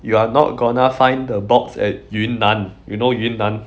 you are not gonna find the box at 云南 you know 云南